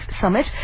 Summit